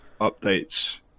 updates